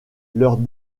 leurs